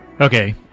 Okay